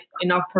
enough